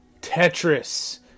Tetris